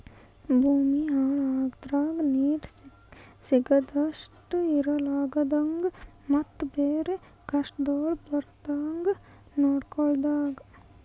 ಭೂಮಿ ಹಾಳ ಆಲರ್ದಂಗ, ನೀರು ಸಿಗದ್ ಕಷ್ಟ ಇರಲಾರದಂಗ ಮತ್ತ ಬೇರೆ ಕಷ್ಟಗೊಳ್ ಬರ್ಲಾರ್ದಂಗ್ ನೊಡ್ಕೊಳದ್